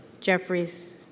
Jeffries